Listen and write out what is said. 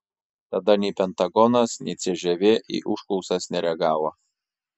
tada nei pentagonas nei cžv į užklausas nereagavo